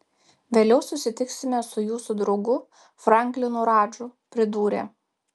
vėliau susitiksime su jūsų draugu franklinu radžu pridūrė